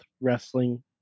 wrestling